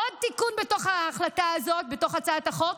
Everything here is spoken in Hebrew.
עוד תיקון בתוך ההחלטה הזאת, בתוך הצעת החוק,